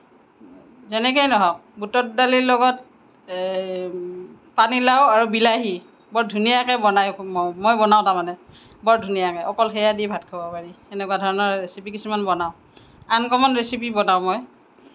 যেনেকেই নহওক বুটৰ দালিৰ লগত এই পানীলাউ আৰু বিলাহী বৰ ধুনীয়াকে বনাই মই বনাওঁ তাৰমানে বৰ ধুনীয়াকে অকল সেইয়া দি ভাত খাব পাৰি সেনেকুৱা ধৰণৰ ৰেচিপি কিছুমান বনাওঁ আনকমন ৰেচিপি বনাওঁ মই